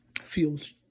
feels